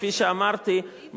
כפי שאמרתי,